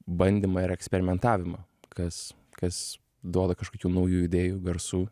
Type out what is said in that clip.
bandymą ir eksperimentavimą kas kas duoda kažkokių naujų idėjų garsų